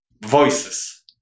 voices